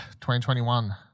2021